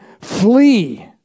Flee